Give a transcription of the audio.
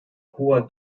hoher